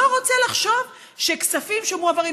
לא רוצה לחשוב שכספים שמועברים,